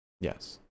yes